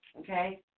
okay